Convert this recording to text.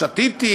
שתיתי,